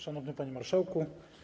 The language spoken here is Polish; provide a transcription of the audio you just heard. Szanowny Panie Marszałku!